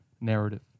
narrative